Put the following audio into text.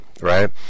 right